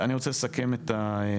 אני רוצה לסכם את הדיון.